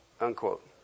Unquote